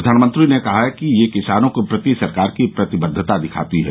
प्रधानमंत्री ने कहा कि यह किसानों के प्रति सरकार की प्रतिबद्वता दिखाती है